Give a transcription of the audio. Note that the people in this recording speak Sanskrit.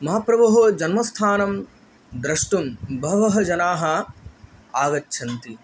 महाप्रभोः जन्मस्थानं द्रष्टुं बहवः जनाः आगच्छन्ति